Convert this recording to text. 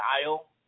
style